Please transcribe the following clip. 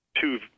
two